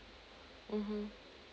mmhmm